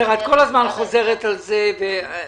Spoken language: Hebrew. מבקשים להאריך את הוראת השעה.